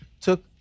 took